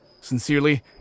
Sincerely